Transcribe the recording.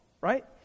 right